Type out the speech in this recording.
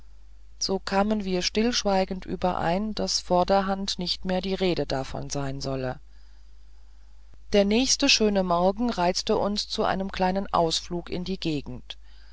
so kamen wir stillschweigend überein daß vorderhand nicht mehr die rede davon sein solle der nächste schöne morgen reizte uns zu einem kleinen ausflug in die gegend